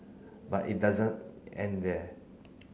but it doesn't end there